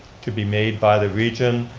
to be made by the region.